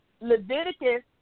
Leviticus